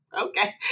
Okay